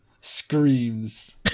screams